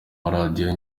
maradiyo